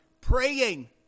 praying